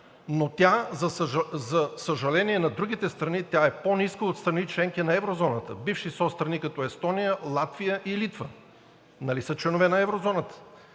но тя, за съжаление на другите страни, тя е по-ниска от страни – членки на еврозоната, бивши соцстрани, като Естония, Латвия и Литва. Нали са членове на еврозоната,